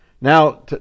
now